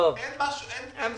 אנו